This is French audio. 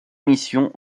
missions